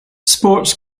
sports